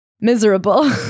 miserable